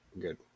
good